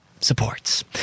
supports